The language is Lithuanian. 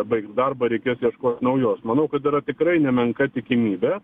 baigs darbą reikės ieškot naujos manau kad yra tikrai nemenka tikimybė